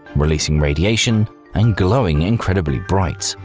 releasing radiation and glowing incredibly brightly.